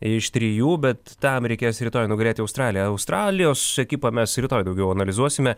iš trijų bet tam reikės rytoj nugalėti australiją australijos ekipą mes rytoj daugiau analizuosime